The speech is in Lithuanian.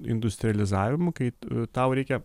industrializavimu kaip tau reikia